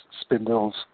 Spindles